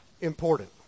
important